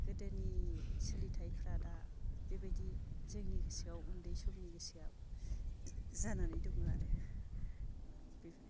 गोदोनि सोलिथायफ्रा दा बेबायदि जोंनि गोसोआव उन्दै समनि गोसोआव जानानै दङो आरो बेफोरनो